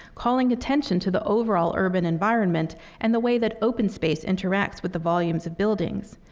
calling attention to the overall urban environment and the way that open space interacts with the volumes of buildings.